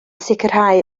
sicrhau